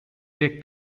take